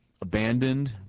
abandoned